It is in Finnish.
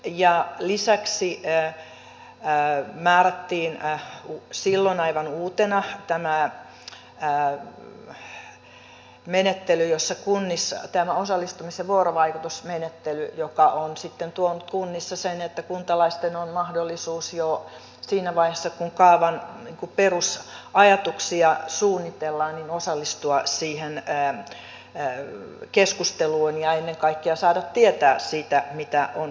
ja lisäksi määrättiin silloin aivan uutena tämä menettely tämä osallistumis ja vuorovaikutusmenettely joka on sitten tuonut kunnissa sen että kuntalaisilla on mahdollisuus jo siinä vaiheessa kun kaavan perusajatuksia suunnitellaan osallistua siihen keskusteluun ja ennen kaikkea saada tietää siitä mitä on vireillä